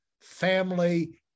family